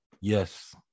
yes